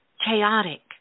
chaotic